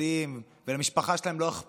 ולמשפחה שלהם לא אכפת מהם.